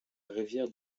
rivière